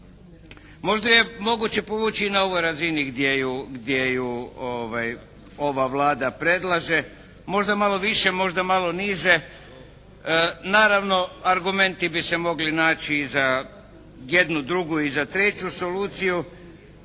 Možda je moguće povući i na ovoj razini gdje ju ova Vlada predlaže. Možda malo više, možda malo niže. Naravno argumenti bi se mogli naći i za jednu, drugu i za treću soluciju.